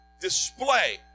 display